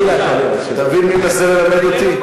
אתה מבין מי מנסה ללמד אותי?